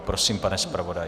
Prosím, pane zpravodaji.